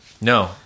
No